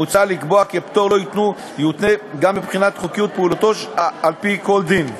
מוצע לקבוע כי הפטור לא יותנה גם בבחינת חוקיות פעולתו על-פי כל דין.